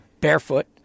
barefoot